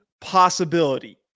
possibility